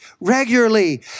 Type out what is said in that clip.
regularly